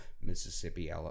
Mississippi